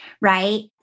right